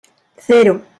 cero